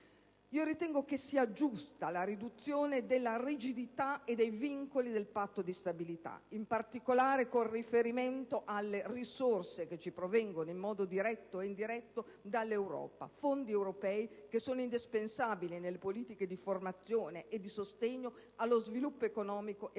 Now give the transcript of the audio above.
Ritengo che sia giusta la riduzione della rigidità e dei vincoli del Patto di stabilità, in particolare con riferimento alle risorse che provengono agli enti locali in modo diretto ed indiretto dall'Europa, fondi europei che sono indispensabili nelle politiche di formazione e di sostegno allo sviluppo economico ed